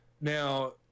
now